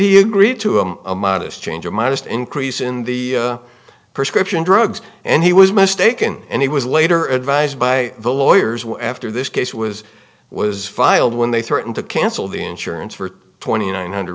he agreed to him a modest change of modest increase in the prescription drugs and he was mistaken and he was later advised by the lawyers well after this case was was filed when they threaten to cancel the insurance for twenty nine hundred